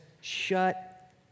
shut